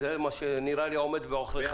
לא ברור מה הם התנאים, מתי יקום הגוף,